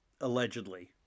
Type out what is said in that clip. allegedly